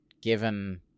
given